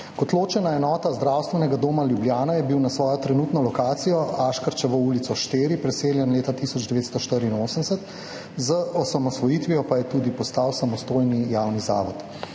Kot ločena enota Zdravstvenega doma Ljubljana, je bil na svojo trenutno lokacijo, Aškerčevo ulico 4, preseljen leta 1984, z osamosvojitvijo pa je tudi postal samostojni javni zavod.